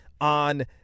on